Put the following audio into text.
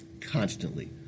constantly